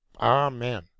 Amen